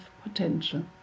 potential